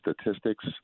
statistics